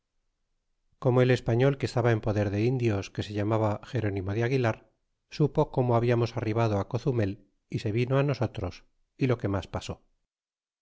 como el español que estaba en poder de indios que se llamaba cerónimo de aguilar supo como hablamos arribado á cozumel y se vino nosotros y lo que mas pasó